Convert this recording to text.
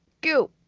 go